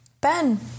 Ben